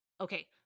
okay